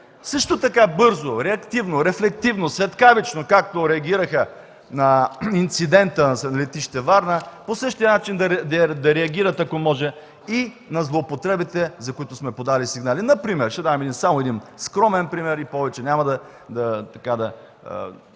също така бързо, реактивно, рефлективно, светкавично, както реагираха на инцидента на летище Варна, по същия начин да реагират, ако може, и на злоупотребите, за които сме подали сигнали. Например, ще дам само скромен пример и повече няма да тревожа